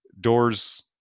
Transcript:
doors